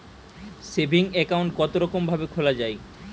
Saving account কতরকম ভাবে খোলা য়ায়?